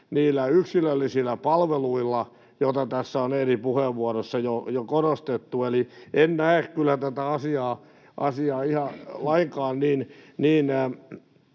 niillä yksilöllisillä palveluilla, joita tässä on eri puheenvuoroissa jo korostettu. Eli en näe kyllä tätä asiaa lainkaan niin